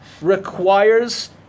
requires